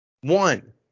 One